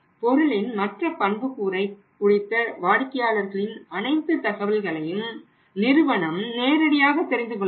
பொருளின் மற்ற பண்புக்கூறை குறித்த வாடிக்கையாளர்களின் அனைத்து தகவல்களையும் நிறுவனம் நேரடியாக தெரிந்துகொள்ள முடியும்